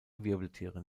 wirbeltiere